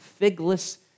figless